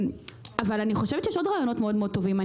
יש עוד רעיונות מאוד מאוד טובים.